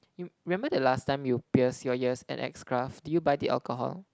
you remember the last time you pierce your ears at X Craft did you buy the alcohol